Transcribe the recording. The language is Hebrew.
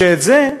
ואת זה,